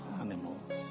Animals